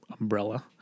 umbrella